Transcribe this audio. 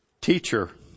Teacher